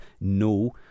no